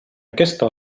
aquesta